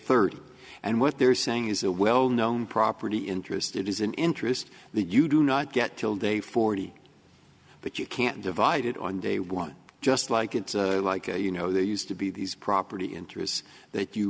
thirty and what they're saying is a well known property interest it is an interest that you do not get till day forty but you can't divided on day one just like it's like you know there used to be these property interests that you